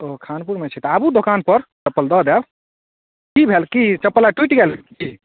ओ खानपुरमे छी तऽ आबु दोकान पर चप्पल दऽ देब की भेल की चप्पल आर टुटि गेल की